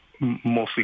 mostly